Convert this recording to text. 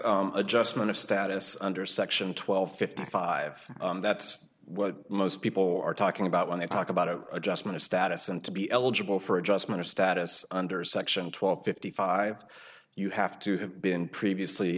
adjustment of status under section twelve fifty five that's what most people are talking about when they talk about a adjustment of status and to be eligible for adjustment of status under section twelve fifty five you have to have been previously